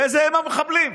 הם המחבלים.